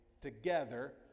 together